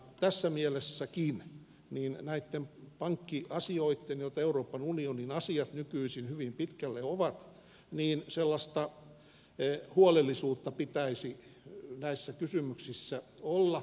tässä mielessäkin näissä pankkiasioissa joita euroopan unionin asiat nykyisin hyvin pitkälle ovat pitäisi sellaista huolellisuutta olla